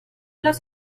los